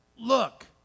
Look